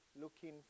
looking